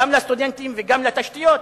גם לסטודנטים וגם לתשתיות,